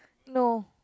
no